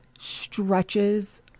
stretches